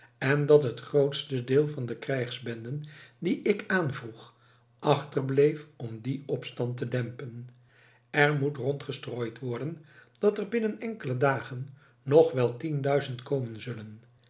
en dat het grootste deel van de krijgsbenden die ik aanvroeg achterbleef om dien opstand te dempen er moet rondgestrooid worden dat er binnen enkele dagen nog wel tienduizend komen zullen